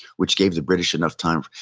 which gave the british enough time,